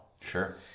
Sure